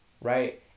Right